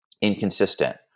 inconsistent